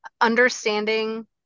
understanding